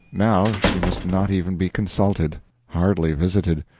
now she must not even be consulted hardly visited.